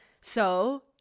So-